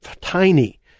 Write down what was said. tiny